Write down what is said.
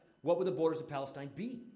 what would the borders of palestine be?